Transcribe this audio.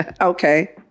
Okay